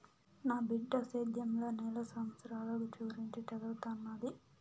నా సిన్న బిడ్డ సేద్యంల నేల శాస్త్రంల గురించి చదవతన్నాది